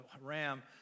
ram